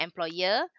employer